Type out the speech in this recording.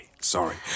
sorry